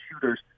shooters